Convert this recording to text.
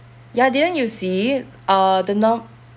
ya didn't you see it orh don't know